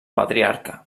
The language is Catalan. patriarca